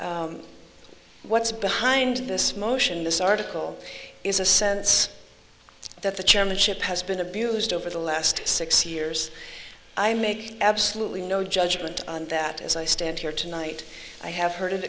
what's behind this motion this article is a sense that the chairmanship has been abused over the last six years i make absolutely no judgment that as i stand here tonight i have heard